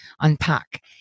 unpack